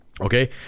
Okay